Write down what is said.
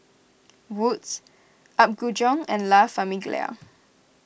Wood's Apgujeong and La Famiglia